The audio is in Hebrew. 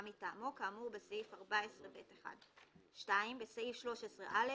מטעמו כאמור בסעיף 14(ב1)"; (2)בסעיף 13א,